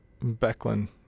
Becklin